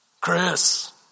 Chris